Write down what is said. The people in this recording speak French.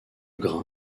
grain